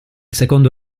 secondo